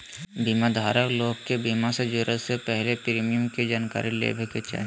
बीमा धारक लोग के बीमा से जुड़े से पहले प्रीमियम के जानकारी लेबे के चाही